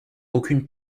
aucune